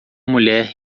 mulher